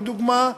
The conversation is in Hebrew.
לדוגמה,